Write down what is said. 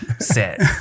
set